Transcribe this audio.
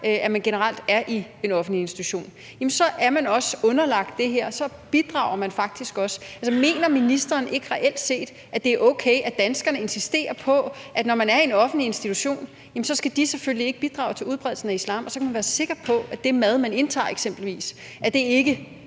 eller generelt er i en offentlig institution – jamen så er man også underlagt det her, og så bidrager man faktisk også til det. Altså, mener ministeren ikke reelt set, at det er okay, at danskerne insisterer på, at når man er en offentlig institution, jamen så skal man selvfølgelig ikke bidrage til udbredelsen af islam, og at man skal kunne være sikker på, at eksempelvis den mad,